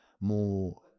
more